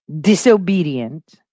disobedient